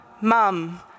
Mum